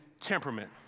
temperament